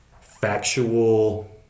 factual